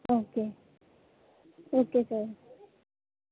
okay okay sir